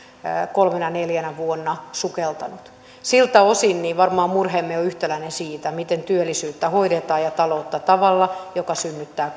kolmena neljänä vuonna sukeltanut siltä osin varmaan murheemme on yhtäläinen siitä miten työllisyyttä ja taloutta hoidetaan tavalla joka synnyttää